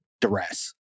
duress